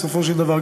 בסופו של דבר,